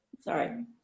Sorry